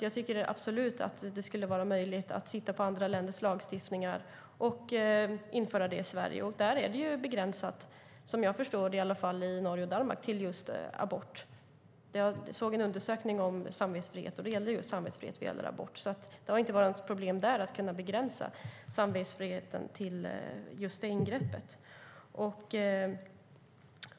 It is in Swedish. Jag tycker absolut att det är möjligt att titta på andra länders lagstiftningar och införa detta i Sverige. Som jag förstår det är det i alla fall i Norge och Danmark begränsat till just abort. Jag såg en undersökning om samvetsfrihet. Det gällde samvetsfrihet i fråga om abort. Det har alltså inte varit något problem där med att begränsa samvetsfriheten till det ingreppet.